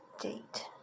date